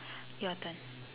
your turn